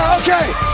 okay,